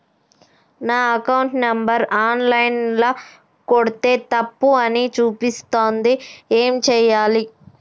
నా account number online ల కొడ్తే తప్పు అని చూపిస్తాంది ఏం చేయాలి?